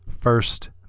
first